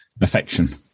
affection